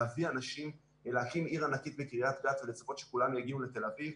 להביא אנשים להקים עיר ענקית בקרית גת ולצפות שכולם יגיעו לתל אביב,